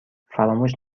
فراموش